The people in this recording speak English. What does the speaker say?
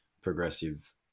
progressive